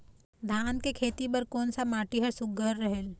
धान के खेती बर कोन सा माटी हर सुघ्घर रहेल?